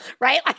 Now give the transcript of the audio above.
right